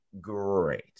great